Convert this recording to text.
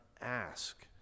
ask